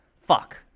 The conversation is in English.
Fuck